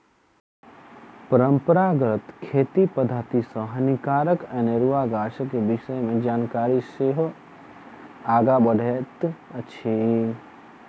परंपरागत खेती पद्धति सॅ हानिकारक अनेरुआ गाछक विषय मे जानकारी सेहो आगाँ बढ़ैत अछि